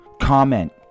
comment